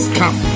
come